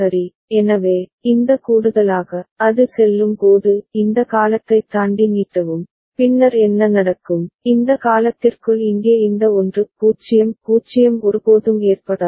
No miss till nτ Tclock எனவே இந்த கூடுதலாக அது செல்லும் போது இந்த காலத்தைத் தாண்டி நீட்டவும் பின்னர் என்ன நடக்கும் இந்த காலத்திற்குள் இங்கே இந்த 1 0 0 ஒருபோதும் ஏற்படாது